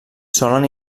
solen